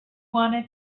wanted